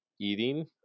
eating